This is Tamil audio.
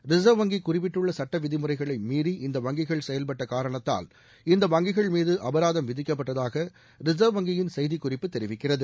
ரிசர்வ் வங்கி குறிப்பிட்டுள்ள சட்டவிதிமுறைகளை மீறி இந்த வங்கிகள் செயல்பட்ட காரணத்தால் இந்த வங்கிகள் மீது அபராதம் விதிக்கப்பட்டதாக ரிசர்வ் வங்கியின் செய்திக்குறிப்பு தெரிவிக்கிறது